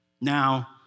Now